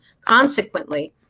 Consequently